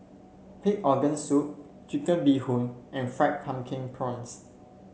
Pig Organ Soup Chicken Bee Hoon and Fried Pumpkin Prawns